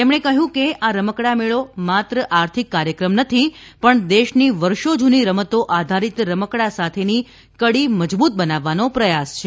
તેમણે કહ્યું કે આ રમકડા મેળો માત્ર આર્થિક કાર્યક્રમ નથી પણ દેશની વર્ષો જુની રમતો આધારીત રમકડા સાથેની કડી મજબુત બનાવવાનો પ્રયાસ છે